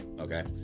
Okay